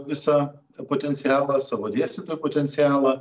visą tą potencialą savo dėstytojų potencialą